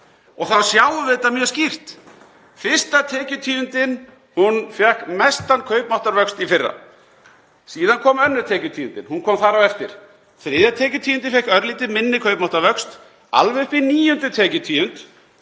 Þá sjáum við mjög skýrt að fyrsta tekjutíundin, hún fékk mestan kaupmáttarvöxt í fyrra, síðan kom önnur tekjutíundin, hún kom þar á eftir, þriðja tekjutíundin fékk örlítið minni kaupmáttarvöxt, alveg upp í níundu tekjutíund.